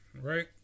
right